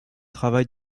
travail